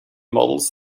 models